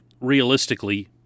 realistically